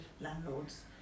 landlords